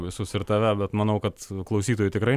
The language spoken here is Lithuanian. visus ir tave bet manau kad klausytojai tikrai